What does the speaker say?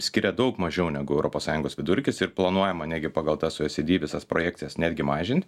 skiria daug mažiau negu europos sąjungos vidurkis ir planuojama visas projekcijas netgi mažint